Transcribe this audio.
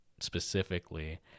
specifically